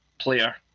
player